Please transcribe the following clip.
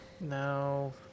No